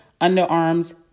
underarms